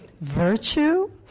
virtue